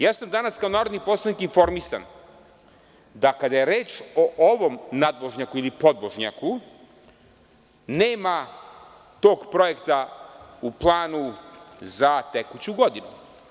Ja sam danas kao narodni poslanik informisan da kada je reč o ovom nadvožnjaku ili podvožnjaku, nema tog projekta u planu za tekuću godinu.